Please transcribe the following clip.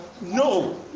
No